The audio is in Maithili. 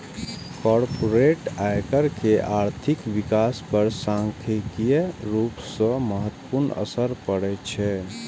कॉरपोरेट आयकर के आर्थिक विकास पर सांख्यिकीय रूप सं महत्वपूर्ण असर पड़ै छै